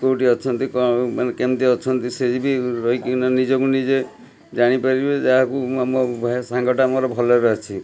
କେଉଁଠି ଅଛନ୍ତି କ ମାନେ କେମତି ଅଛନ୍ତି ସେଇ ବି ରହିକିନା ନିଜକୁ ନିଜେ ଜାଣିପାରିବେ ଯାହାକୁ ମୋ ଭା ସାଙ୍ଗଟା ମୋର ଭଲରେ ଅଛି